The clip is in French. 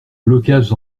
blocages